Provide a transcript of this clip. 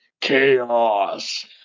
Chaos